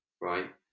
right